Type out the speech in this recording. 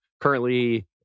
Currently